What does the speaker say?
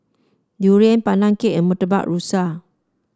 durian Pandan Cake and Murtabak Rusa